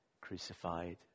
crucified